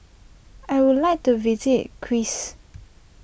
I would like to visit Chris